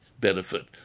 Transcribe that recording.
benefit